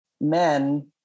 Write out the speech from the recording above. men